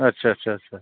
आच्चा आच्चा आच्चा